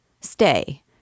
Stay